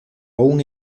aun